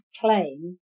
claim